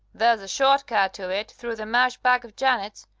there's a short cut to it through the ma'sh back of janet's.